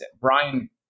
Brian